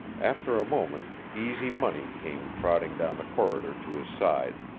after a moment, easy money came trotting down the corridor to his side.